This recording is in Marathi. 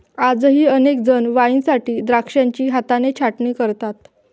आजही अनेक जण वाईनसाठी द्राक्षांची हाताने छाटणी करतात